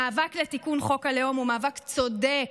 המאבק לתיקון חוק הלאום הוא מאבק צודק,